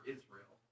Israel